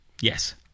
Yes